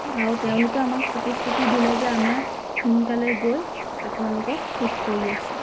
আৰু তেওঁলোকে আমাক প্ৰতিশ্ৰুতি দিলে যে আমাক সোনকালে গৈ আপোনালোকক ঠিক কৰি আছোঁ